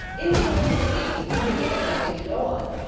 in short, you see, we really had nothing to go on.